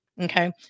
Okay